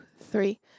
three